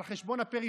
על חשבון הפריפריה,